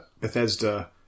Bethesda